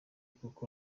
kuko